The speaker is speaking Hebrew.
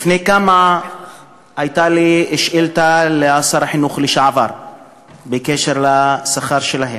לפני כמה זמן הייתה לי שאילתה לשר החינוך לשעבר בקשר לשכר שלהם.